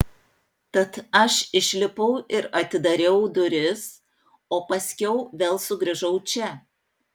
tad aš išlipau ir atidariau duris o paskiau vėl sugrįžau čia